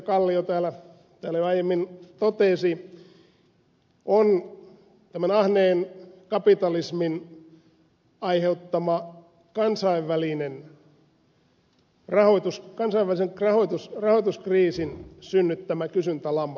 kallio täällä jo aiemmin totesi on tämän ahneen kapitalismin aiheuttama kansainvälisen rahoituskriisin synnyttämä kysyntälama